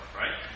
right